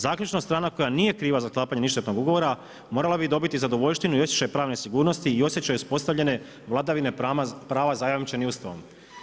Zaključna strana koja nije kriva za sklapanje ništetnog ugovora morala bi dobiti zadovoljštinu i osjećaj pravne sigurnosti i osjećaj uspostavljene vladavine prava zajamčeni Ustavom.